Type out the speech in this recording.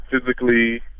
physically